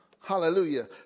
Hallelujah